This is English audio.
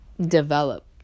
develop